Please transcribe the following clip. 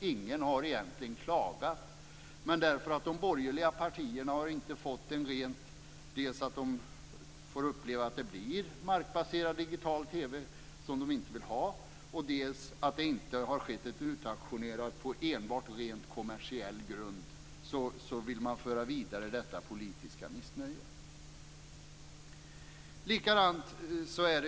Ingen har egentligen klagat. Men eftersom de borgerliga partierna får uppleva markbaserad digital TV, som de inte vill ha, och eftersom det heller inte har skett en utauktionering på rent kommersiell grund vill de föra detta politiska missnöje vidare.